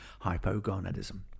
hypogonadism